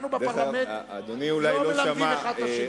אנחנו בפרלמנט לא מלמדים אחד את השני.